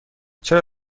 چرا